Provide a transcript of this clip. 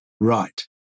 right